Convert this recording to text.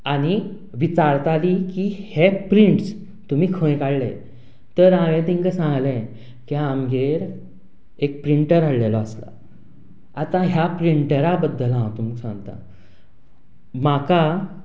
आनी विचारताली की हो प्रिंट्स तुमी खंय काडले तर हांवें तिका सांगलें की आमगेर एक प्रिंटर हाडिल्लो आसा आतां ह्या प्रिंटरा बद्दल हांव तुमकां सांगतां म्हाका